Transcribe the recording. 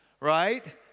right